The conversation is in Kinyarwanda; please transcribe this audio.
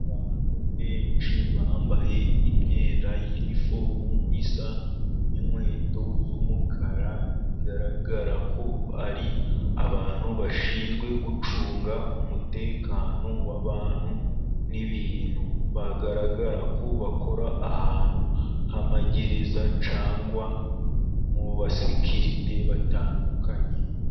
Abantu benshi bambaye imyenda y'inifomu isa n'inkweto z'umukara, bigaragara ko ari abantu bashinzwe gucunga umutekano w'abantu n'ibintu, bagaragara ko bakora ahantu h'amagereza cyangwa mu basekirite batandukanye.